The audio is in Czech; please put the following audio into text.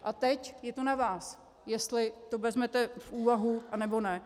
A teď je to na vás, jestli to vezmete v úvahu, nebo ne.